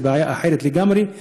זו בעיה אחרת לגמרי.